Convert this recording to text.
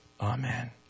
Amen